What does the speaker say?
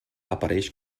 apareix